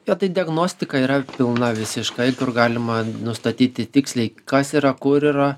jo tai diagnostika yra pilna visiškai kur galima nustatyti tiksliai kas yra kur yra